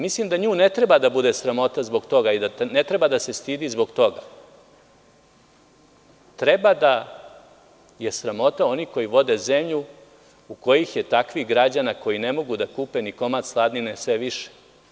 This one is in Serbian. Mislim da nju ne treba da bude sramota zbog toga i da ne treba da se stidi zbog toga, treba da je sramota onih koji vode zemlju u kojoj je takvih građana koji ne mogu da kupe ni komad slanine sve više.